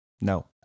No